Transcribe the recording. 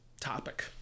topic